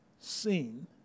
seen